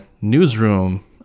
newsroom